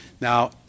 Now